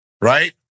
right